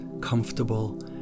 comfortable